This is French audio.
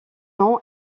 nom